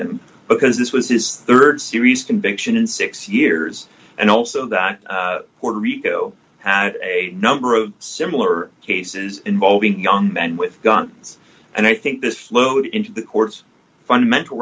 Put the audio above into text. him because this was his rd series conviction in six years and also that puerto rico had a number of similar cases involving young men with guns and i think this flowed into the court's fundamental